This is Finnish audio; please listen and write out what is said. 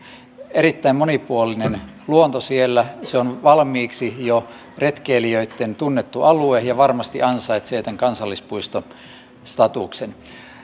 erittäin monipuolinen luonto se on valmiiksi jo retkeilijöitten tuntema alue ja varmasti ansaitsee tämän kansallispuistostatuksen